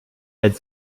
had